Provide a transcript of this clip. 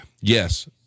Yes